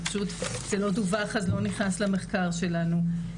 ופשוט זה לא דווח אז לא נכנס למחקר שלנו.